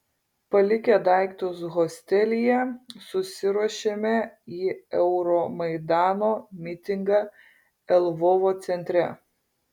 palikę daiktus hostelyje susiruošėme į euromaidano mitingą lvovo centre